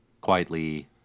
quietly